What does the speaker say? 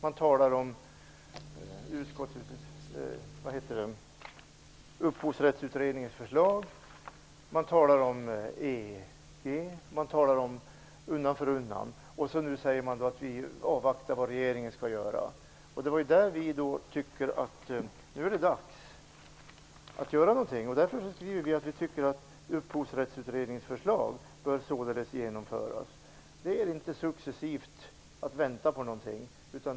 Man talar om Upphovsrättsutredningens förslag, EG, förändringar undan för undan, och nu säger man att man skall avvakta vad regeringen skall göra. Vi tycker att det nu är dags att göra någonting. Vi anser att Upphovsrättsutredningens förslag således bör genomföras. Det är inte fråga om att successivt vänta på någonting.